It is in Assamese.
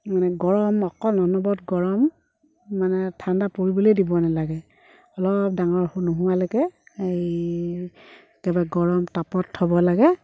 মানে গৰম অকল অনবৰত গৰম মানে ঠাণ্ডা পৰিবলেই দিব নালাগে অলপ ডাঙৰ নোহোৱালৈকে এই একেবাৰে গৰম তাপত থ'ব লাগে